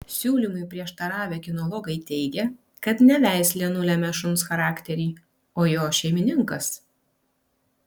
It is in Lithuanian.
siūlymui prieštaravę kinologai teigia kad ne veislė nulemia šuns charakterį o jo šeimininkas